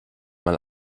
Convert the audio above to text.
mal